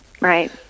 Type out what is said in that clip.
Right